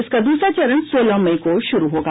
इसका दूसरा चरण सोलह मई से शुरु होगा